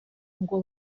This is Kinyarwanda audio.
ngo